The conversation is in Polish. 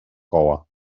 koła